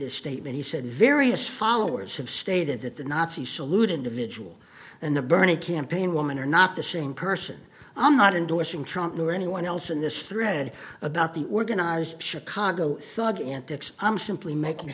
his statement he said various followers have stated that the nazi salute individual and the bernie campaign woman are not the same person i'm not endorsing trump nor anyone else in this thread about the organized chicago dog antics i'm simply making